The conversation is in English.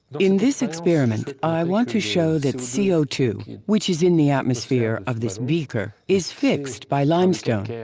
in this experiment i want to show that c o two, which is in the atmosphere of this beaker, is fixed by limestone,